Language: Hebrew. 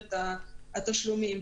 שרשרת התשלומים.